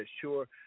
Sure